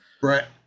Brett